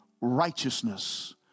righteousness